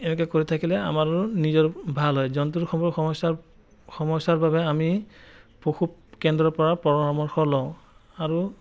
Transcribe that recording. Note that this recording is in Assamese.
এনেকুৱা কৰি থাকিলে আমাৰ নিজৰ ভাল হয় জন্তুসমূহ সমস্যা সমস্যাৰ বাবে আমি পশু কেন্দ্ৰৰ পৰা পৰামৰ্শ লওঁ আৰু